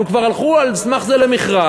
הם כבר הלכו על סמך זה למכרז,